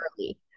early